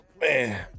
man